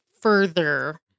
further